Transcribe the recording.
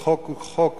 וחוק הוא חוק,